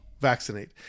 vaccinate